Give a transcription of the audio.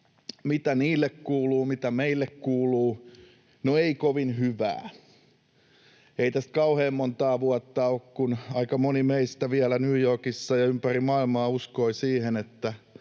mitä niille kuuluu, mitä meille kuuluu? No ei kovin hyvää. Ei tästä kauhean montaa vuotta ole, kun aika moni meistä vielä New Yorkissa ja ympäri maailmaa uskoi siihen, että